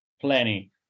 plenty